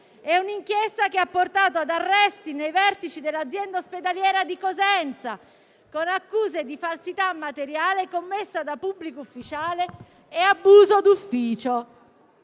e un'inchiesta che ha portato ad arresti nei vertici dell'azienda ospedaliera di Cosenza, con accuse di falsità materiale commessa da pubblico ufficiale e abuso d'ufficio.